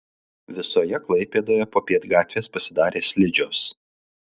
visoje klaipėdoje popiet gatvės pasidarė slidžios